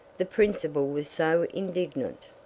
the principal was so indignant.